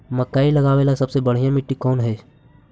मकई लगावेला सबसे बढ़िया मिट्टी कौन हैइ?